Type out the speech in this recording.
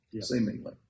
seemingly